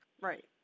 Right